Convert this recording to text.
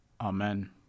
Amen